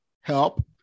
help